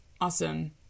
awesome